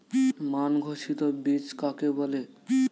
মান ঘোষিত বীজ কাকে বলে?